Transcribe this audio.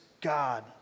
God